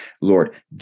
Lord